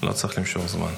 לא צריך למשוך זמן.